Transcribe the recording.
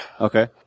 Okay